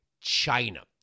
China